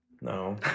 No